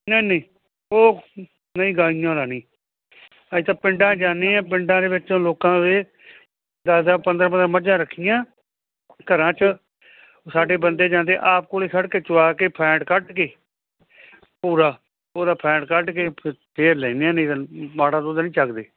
ਨਹੀ ਨਹੀਂ ਉਹ ਨਹੀਂ ਗਾਈਆਂ ਦਾ ਨੀ ਅਸੀਂ ਤਾਂ ਪਿੰਡਾਂ ਚ ਜਾਨਾ ਆ ਪਿੰਡਾਂ ਦੇ ਵਿੱਚੋਂ ਲੋਕਾਂ ਦੇ ਦਸ ਦਸ ਪੰਦਰਾਂ ਪੰਦਰਾਂ ਮੱਝਾਂ ਰੱਖੀਆਂ ਘਰਾਂ ਚ ਉਹ ਸਾਡੇ ਬੰਦੇ ਜਾਂਦੇ ਆਪ ਕੋਲੇ ਖੜ੍ਹ ਕੇ ਚੁਆ ਕੇ ਫੈਂਟ ਕੱਢ ਕੇ ਭੋਰਾ ਭੋਰਾ ਫੈਂਟ ਕੱਢ ਕੇ ਫੇਰ ਲੈਨੇ ਆ ਨਹੀਂ ਤਾਂ ਮਾੜਾ ਦੁੱਧ ਨੀ ਚੱਕਦੇ